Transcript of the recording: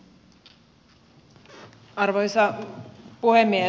arvoisa puhemies